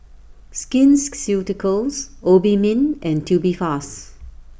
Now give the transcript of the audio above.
Skin Ceuticals Obimin and Tubifast